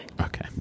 okay